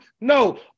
No